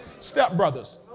stepbrothers